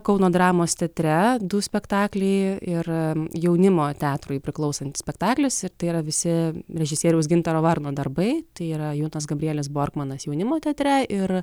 kauno dramos teatre du spektakliai ir jaunimo teatrui priklausantis spektaklis ir tai yra visi režisieriaus gintaro varno darbai tai yra junas gabrielis borkmanas jaunimo teatre ir